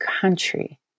country